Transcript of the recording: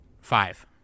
Five